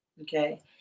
Okay